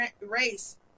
race